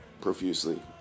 profusely